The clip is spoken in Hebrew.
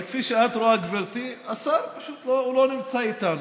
כפי שאת רואה, גברתי, השר פשוט לא נמצא איתנו.